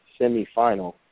semifinal